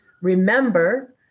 remember